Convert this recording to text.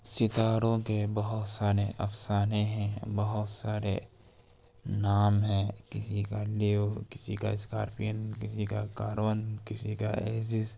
ستاروں کے بہت سارے افسانے ہیں بہت سارے نام ہیں کسی کا لیو کسی کا اسکارپن کسی کا کاربن کسی کا ایجز